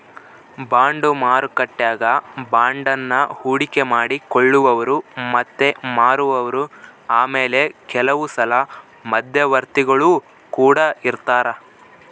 bond ಮಾರುಕಟ್ಟೆಗ ಬಾಂಡನ್ನ ಹೂಡಿಕೆ ಮಾಡಿ ಕೊಳ್ಳುವವರು ಮತ್ತೆ ಮಾರುವವರು ಆಮೇಲೆ ಕೆಲವುಸಲ ಮಧ್ಯವರ್ತಿಗುಳು ಕೊಡ ಇರರ್ತರಾ